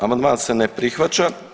Amandman se ne prihvaća.